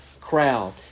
crowd